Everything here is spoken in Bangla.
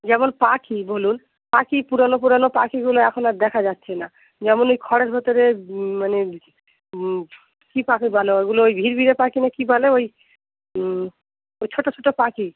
যেমন পাখি বলুন পাখি পুরানো পুরানো পাখিগুলো এখন আর দেখা যাচ্ছে না যেমন ওই খড়ের ভেতরে মানে কি পাখি বলে ওইগুলো ওই ঘিরঘিরে পাখি না কি বলে ওই ওই ছোটো ছোটো পাখি